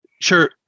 sure